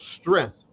strength